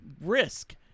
risk